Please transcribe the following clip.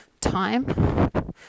time